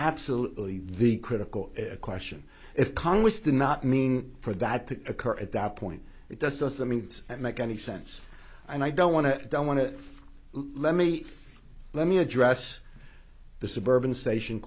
absolutely the critical question if congress did not mean for that to occur at that point it does does that mean it's make any sense and i don't want to don't want to let me let me address the suburban station